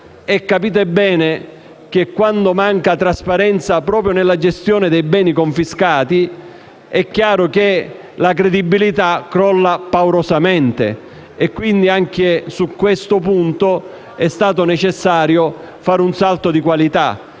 capite bene che, quando manca trasparenza proprio nella gestione dei beni confiscati, la credibilità crolla paurosamente e, quindi, anche su questo punto è stato necessario fare un salto di qualità